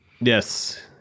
Yes